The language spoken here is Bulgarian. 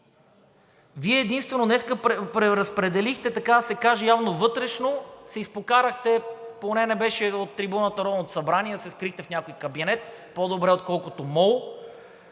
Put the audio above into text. Вие единствено днес преразпределихте, така да се каже, явно вътрешно се изпокарахте, поне не беше от трибуната на Народното събрание, а се скрихте в някой кабинет, по-добре, отколкото мол,